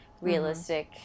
realistic